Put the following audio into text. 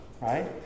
Right